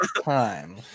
time